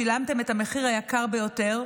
שילמתם את המחיר היקר ביותר,